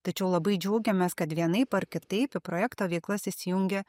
tačiau labai džiaugiamės kad vienaip ar kitaip į projekto veiklas įsijungė